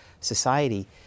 society